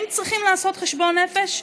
הם צריכים לעשות חשבון נפש?